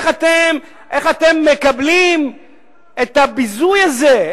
איך אתם מקבלים את הביזוי הזה,